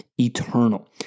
eternal